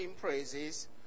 praises